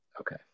Okay